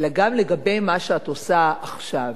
אלא גם לגבי מה שאת עושה עכשיו.